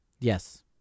Yes